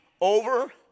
over